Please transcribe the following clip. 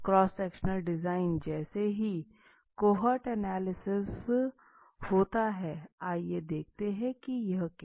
cross sectional design जैसा ही cohort analysis होता है आइये देखते हैं की यह है क्या